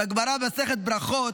בגמרא, במסכת ברכות,